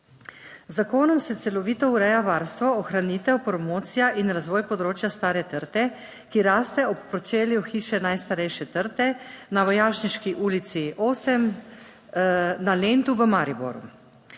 zakonom se celovito ureja varstvo, ohranitev, promocija in razvoj področja Stare trte, ki raste ob pročelju hiše, najstarejše trte na Vojašniški ulici 8 na Lentu v Mariboru.